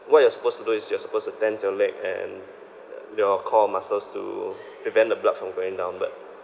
what you're supposed to do is you're supposed to tense your leg and the your core muscles to prevent the blood from going down but